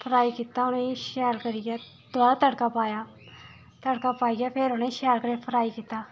fry कीता उ'नेंगी शैल करियै दबारा तड़का पाया तड़का पाइयै फिर उ'नेंगी शैल करियै फ्राई कीता